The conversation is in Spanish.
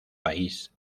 país